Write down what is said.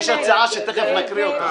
יש הצעה שתיכף נקריא אותה,